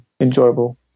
enjoyable